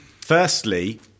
Firstly